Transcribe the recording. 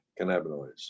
cannabinoids